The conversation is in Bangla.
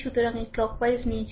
সুতরাং এই ক্লকওয়াইজ নিয়েছে